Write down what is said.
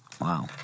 Wow